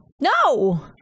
No